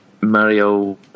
Mario